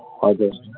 हजुर